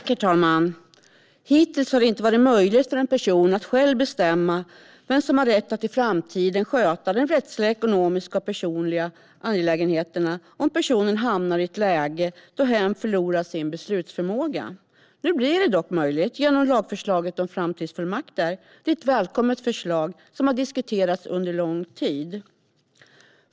Herr talman! Hittills har det inte varit möjligt för en person att själv bestämma vem som har rätt att i framtiden sköta de rättsliga, ekonomiska och personliga angelägenheterna om personen hamnar i ett läge då hen förlorar sin beslutsförmåga. Nu blir det dock möjligt genom lagförslaget om framtidsfullmakter. Det är ett välkommet förslag som har diskuterats under lång tid.